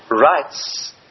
Rights